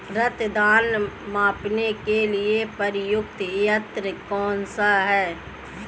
रक्त दाब मापने के लिए प्रयुक्त यंत्र कौन सा है?